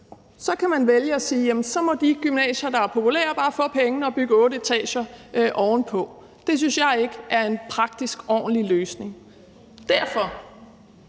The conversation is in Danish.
Så kan man vælge at sige, at så må de gymnasier, der er populære, bare få pengene og bygge otte etager ovenpå; det synes jeg ikke er en praktisk, ordentlig løsning.